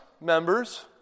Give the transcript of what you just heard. members